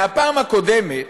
מהפעם הקודמת